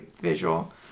visual